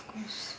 of course